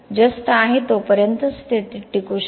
जस्त आहे तोपर्यंतच ते टिकू शकते